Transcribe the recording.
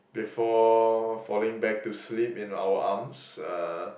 before falling back to sleep in our arms uh